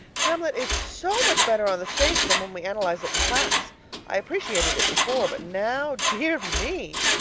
hamlet is so much better on the stage than when we analyze it in class i appreciated it before, but now, dear me!